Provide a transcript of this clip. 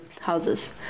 houses